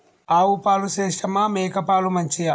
ఆవు పాలు శ్రేష్టమా మేక పాలు మంచియా?